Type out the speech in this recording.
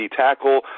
tackle